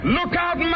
Lookout